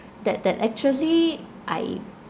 that that actually I